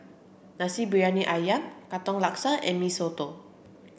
Nasi Briyani Ayam Katong Laksa and Mee Soto